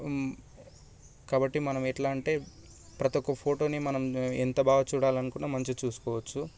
కాబట్టి మనం ఎట్లా అంటే ప్రతి ఒక్క ఫోటోని మనము ఎంత బాగా చూడాలనుకున్నా మంచిగా చూసుకోవవచ్చు